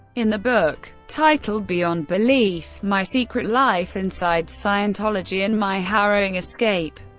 in the book, titled beyond belief my secret life inside scientology and my harrowing escape,